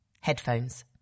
Headphones